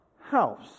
house